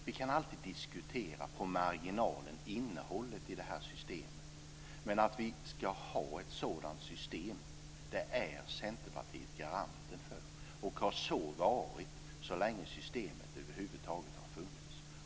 Vi kan alltid diskutera på marginalen innehållet i det här systemet, men att vi ska ha ett sådant system är Centerpartiet garanten för, och har så varit så länge systemet över huvud taget har funnits.